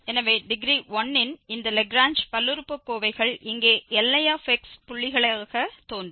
எனவே டிகிரி 1 இன் இந்த Lagrange பல்லுறுப்புக்கோவைகள் இங்கே Li புள்ளிகளாக தோன்றும்